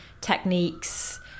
techniques